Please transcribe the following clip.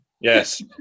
yes